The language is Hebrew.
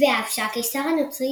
ואף שהקיסר הנוצרי